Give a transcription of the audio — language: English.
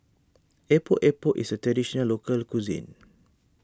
Epok Epok is a Traditional Local Cuisine